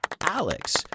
Alex